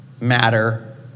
matter